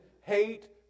hate